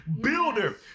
Builder